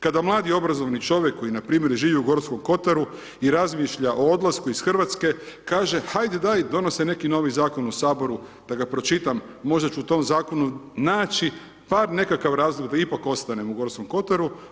Kada mladi i obrazovani čovjek koji npr. živi u Gorskom kotaru i razmišlja o odlasku iz RH, kaže, hajde daj donose neki novi Zakon u Saboru, da ga pročitam, možda ću u tom Zakonu naći bar nekakav razlog da ipak ostanem u Gorskom kotaru.